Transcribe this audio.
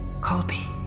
Colby